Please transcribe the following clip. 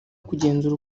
kugenzura